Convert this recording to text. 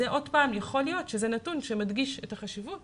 שוב, יכול להיות שזה נתון שמדגיש את החשיבות